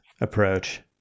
approach